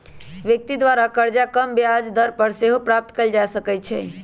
व्यक्ति द्वारा करजा कम ब्याज दर पर सेहो प्राप्त कएल जा सकइ छै